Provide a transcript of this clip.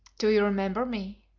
do you remember me?